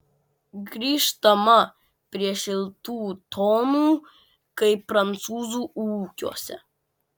grįžtama prie šiltų tonų kai prancūzų ūkiuose